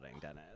Dennis